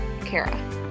Kara